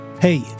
Hey